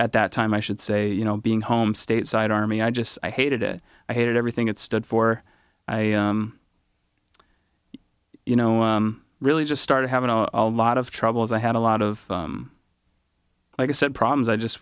at that time i should say you know being home stateside army i just i hated it i hated everything it stood for i you know really just started having a lot of troubles i had a lot of like i said problems i just